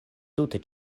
tute